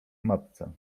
matce